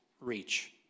reach